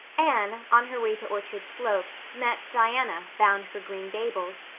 anne, on her way to orchard slope, met diana, bound for green gables,